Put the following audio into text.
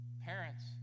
parents